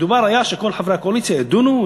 מדובר היה שכל חברי הקואליציה ידונו,